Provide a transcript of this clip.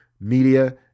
media